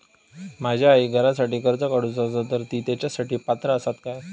माझ्या आईक घरासाठी कर्ज काढूचा असा तर ती तेच्यासाठी पात्र असात काय?